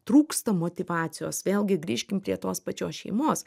trūksta motyvacijos vėlgi grįžkim prie tos pačios šeimos